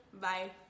Bye